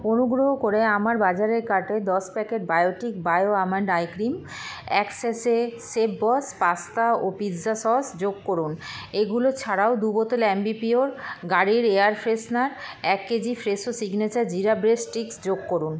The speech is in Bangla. অনুগ্রহ করে আমার বাজারের কার্টে দশ packet Biotique bio almond eye cream এবং এক স্যাশে শেফবস পাস্তা ও পিৎজা সস যোগ করুন এগুলো ছাড়াও দু বোতল আ্যম্বিপিওর গাড়ির এয়ার ফ্রেশেনার এক kg Fresho signature jeera bread sticks যোগ করুন